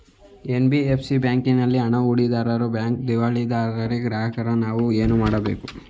NBFC ಬ್ಯಾಂಕಿನಲ್ಲಿ ಹಣ ಹೂಡಿದಾಗ ಬ್ಯಾಂಕ್ ದಿವಾಳಿಯಾದರೆ ಗ್ರಾಹಕರಾದ ನಾವು ಏನು ಮಾಡಬೇಕು?